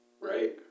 Right